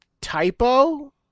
typo